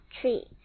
tree